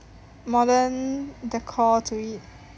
modern decor to it